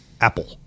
Apple